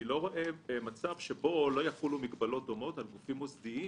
אני לא רואה מצב שלא יחולו מגבלות דומות על גופים מוסדיים